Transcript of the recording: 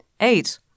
Eight